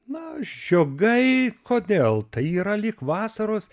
na žiogai kodėl tai yra lyg vasaros